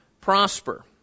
prosper